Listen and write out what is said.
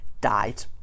died